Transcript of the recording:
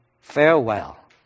Farewell